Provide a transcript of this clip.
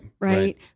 Right